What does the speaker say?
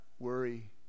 worry